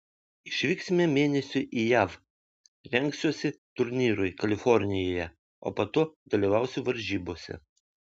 išvyksime mėnesiui į jav rengsiuosi turnyrui kalifornijoje o po to dalyvausiu varžybose